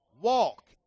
walk